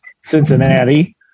Cincinnati